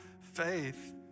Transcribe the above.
faith